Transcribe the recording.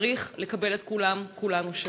צריך לקבל את כולם, כולנו שווים.